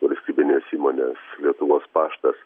valstybinės įmonės lietuvos paštas